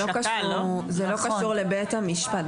זה לא קשור לבית המשפט.